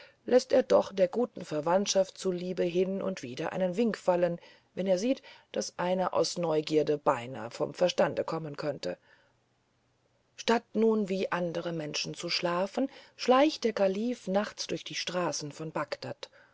läßt er doch der guten verwandtschaft zulieb hin und wieder einen wink fallen wenn er sieht daß einer aus neugierde beinahe vom verstand kommen könnte statt nun wie andere menschen zu schlafen schleicht der kalif nachts durch die straßen von bagdad